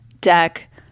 deck